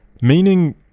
meaning